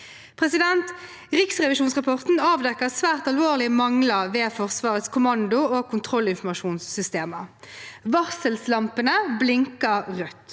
Riksrevisjonsrapporten avdekker svært alvorlige mangler ved Forsvarets kommando- og kontrollinformasjonssystemer. Varsellampene blinker rødt.